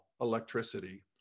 electricity